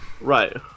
Right